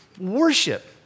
Worship